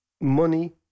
money